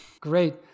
Great